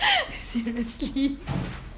seriously